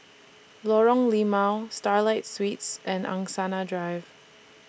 Lorong Limau Starlight Suites and Angsana Drive